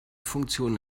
funktion